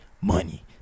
Money